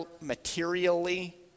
materially